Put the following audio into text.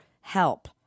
help